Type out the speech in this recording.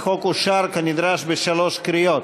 החוק אושר כנדרש בשלוש קריאות.